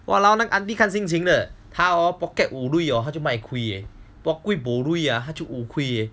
!walao! 那个 auntie 看心情的她 hor pocket wu lui 她就 maikiu pocket bo lui 就